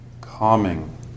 Calming